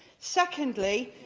secondly,